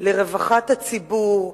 לרווחת הציבור,